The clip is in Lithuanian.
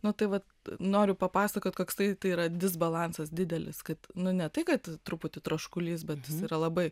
nu tai vat noriu papasakot koksai tai yra disbalansas didelis kad nu ne tai kad truputį troškulys bet yra labai